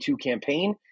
campaign